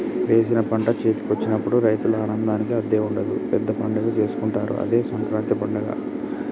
వేసిన పంట చేతికొచ్చినప్పుడు రైతుల ఆనందానికి హద్దే ఉండదు పెద్ద పండగే చేసుకుంటారు అదే సంకురాత్రి పండగ